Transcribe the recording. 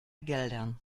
geldern